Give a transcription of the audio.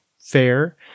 fair